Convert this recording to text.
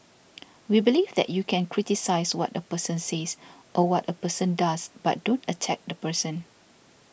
we believe that you can criticise what a person says or what a person does but don't attack the person